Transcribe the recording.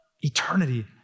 Eternity